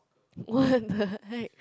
what the heck